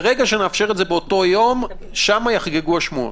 ברגע שנאפשר את זה באותו יום, שם יחגגו השמועות.